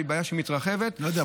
והיא בעיה שמתרחבת לא יודע,